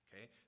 okay